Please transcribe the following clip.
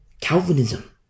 Calvinism